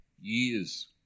years